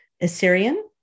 Assyrian